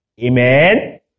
Amen